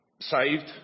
saved